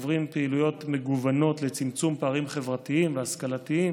שעוברים פעילויות מגוונות לצמצום פערים חברתיים והשכלתיים